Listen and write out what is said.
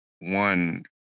one